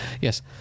Yes